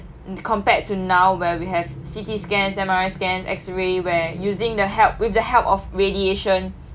compared to now where we have C_T scans and M_R_I scans X ray where using the help with the help of radiation